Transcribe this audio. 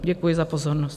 Děkuji za pozornost.